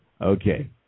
Okay